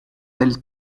del